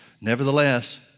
Nevertheless